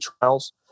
trials